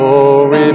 Glory